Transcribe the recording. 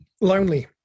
lonely